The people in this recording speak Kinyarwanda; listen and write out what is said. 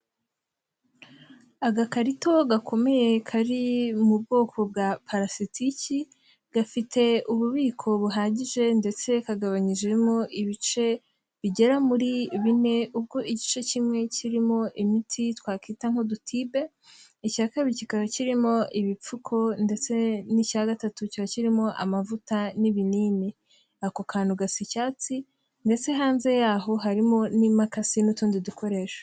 Agakarito gakomeye kari mu bwoko bwa parasitiki, gafite ububiko buhagije ndetse kagabanyijemo ibice bigera muri bine ubwo igice kimwe kirimo imiti twakita nk'udutibe, icya kabiri kikaba kirimo ibipfuko ndetse n'icya gatatu kiba kirimo amavuta n'ibinini. Ako kantu gasa icyatsi, ndetse hanze yaho harimo n'imakasi n'utundi dukoresho.